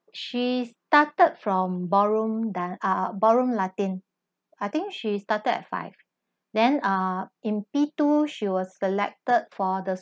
she started from ballroom dan~ uh uh ballroom latin I think she started at five then uh in P two she was selected for the